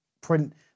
print